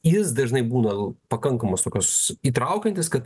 jis dažnai būna pakankamos tokios įtraukiantis kad